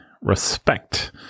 respect